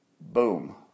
Boom